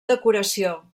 decoració